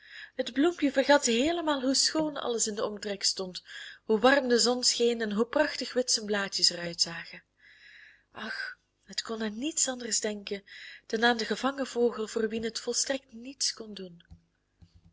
het bloempje vergat heelemaal hoe schoon alles in den omtrek stond hoe warm de zon scheen en hoe prachtig wit zijn blaadjes er uitzagen ach het kon aan niets anders denken dan aan den gevangen vogel voor wien het volstrekt niets kon doen